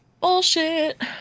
Bullshit